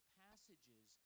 passages